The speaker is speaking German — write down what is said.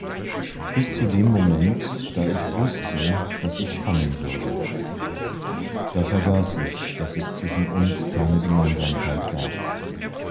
bis zu dem moment da ich wußte daß es kommen würde da vergaß ich daß es zwischen uns keine gemeinsamkeit gab